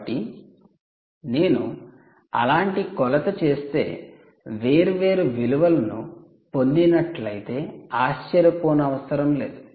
కాబట్టి నేను అలాంటి కొలత చేస్తే వేర్వేరు విలువలను పొందినట్లయితే ఆశ్చర్యపోనవసరం లేదు